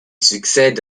succède